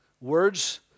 words